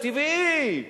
זה טבעי,